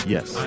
Yes